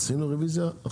עשינו דיון.